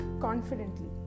confidently